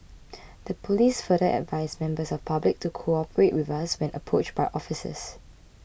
the police further advised members of public to cooperate with us when approached by officers